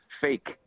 fake